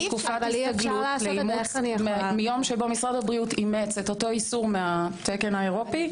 שתקופת הסתגלות מיום שמשרד הבריאות אימץ אותו איסור מהתקן האירופי.